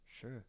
Sure